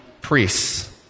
priests